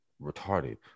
Retarded